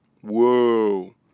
Whoa